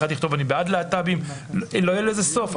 אחד יכתוב "אני בעד להט"בים" לא יהיה לזה סוף.